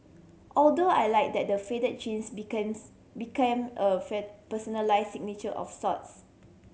although I liked that the fade jeans became a personalise signature of sorts